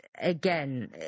again